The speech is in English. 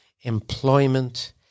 employment